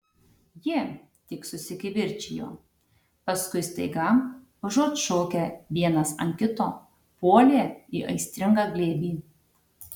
jie tik susikivirčijo paskui staiga užuot šaukę vienas ant kito puolė į aistringą glėbį